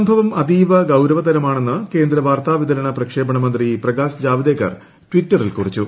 സംഭവം അതീവ ഗൌരവതരമാണെന്ന് കേന്ദ്ര വാർത്താ വിതരണ പ്രക്ഷേപണ മന്ത്രി പ്രകാശ് ജാവ്ദേക്കർ ട്വിറ്ററിൽ കുറിച്ചു